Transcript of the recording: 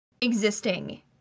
existing